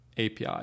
api